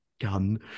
gun